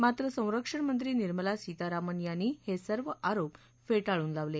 मात्र संरक्षण मंत्री निर्मला सीतारामन यांनी हे सर्व आरोप फेटाळून लावले